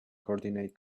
coordinate